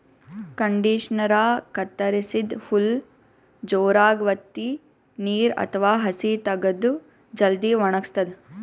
ಕಂಡಿಷನರಾ ಕತ್ತರಸಿದ್ದ್ ಹುಲ್ಲ್ ಜೋರಾಗ್ ವತ್ತಿ ನೀರ್ ಅಥವಾ ಹಸಿ ತಗದು ಜಲ್ದಿ ವಣಗಸ್ತದ್